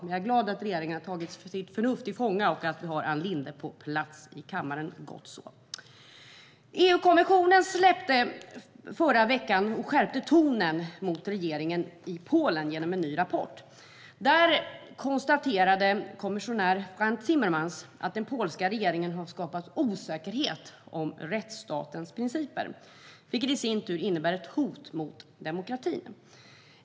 Jag är glad att regeringen nu har tagit sitt förnuft till fånga och att vi har Ann Linde på plats i kammaren - gott så! I förra veckan skärpte EU-kommissionen tonen mot regeringen i Polen genom en ny rapport. I rapporten konstaterade kommissionär Frans Timmermans att den polska regeringen har skapat osäkerhet om rättsstatens principer, vilket i sin tur innebär ett hot mot demokratin.